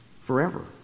Forever